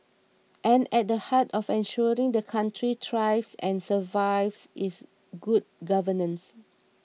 and at the heart of ensuring the country thrives and survives is good governance